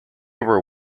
were